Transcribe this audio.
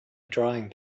drawing